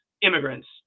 immigrants